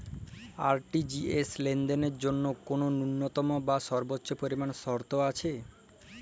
RTGS লেনদেনের জন্য কোন ন্যূনতম বা সর্বোচ্চ পরিমাণ শর্ত আছে?